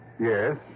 Yes